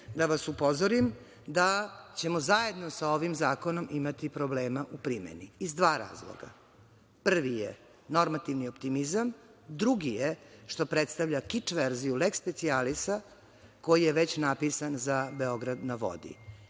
da vas upozorim da ćemo zajedno sa ovim zakonom imati problema u primeni, iz dva razloga. Prvi je normativni optimizam, drugi je što predstavlja kič verziju leks specijalisa koji je već napisan za „Beograd na vodi“.